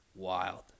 wild